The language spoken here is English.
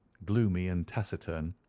gloomy and taciturn.